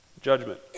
judgment